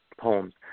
poems